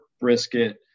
brisket